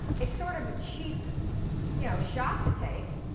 it's sort of a cheap you know shot to take.